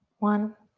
one.